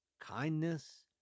kindness